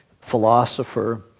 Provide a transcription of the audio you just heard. philosopher